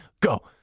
Go